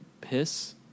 piss